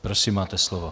Prosím, máte slovo.